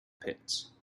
pits